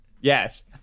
Yes